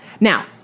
Now